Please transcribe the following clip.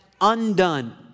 undone